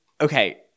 Okay